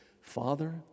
Father